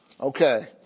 Okay